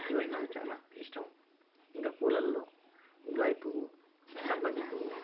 ఇవన్నీ నాకు చాలా ఇష్టం ఇంకా పూలల్లో గులాబీ పువ్వు సంపంగి పువ్వు